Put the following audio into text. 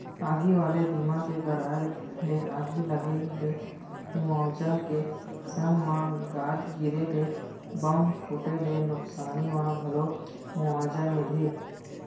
आगी वाले बीमा के कराय ले आगी लगे ले मुवाजा के संग म गाज गिरे ले, बम फूटे ले नुकसानी म घलौ मुवाजा मिलही